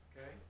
Okay